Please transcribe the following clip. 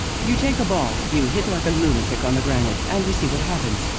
you take a ball, you hit like a lunatic on the granite and you see what happens.